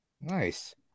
Nice